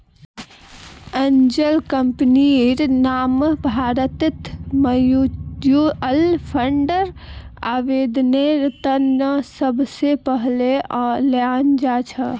angel कम्पनीर नाम भारतत म्युच्युअल फंडर आवेदनेर त न सबस पहले ल्याल जा छेक